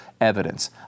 evidence